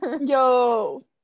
Yo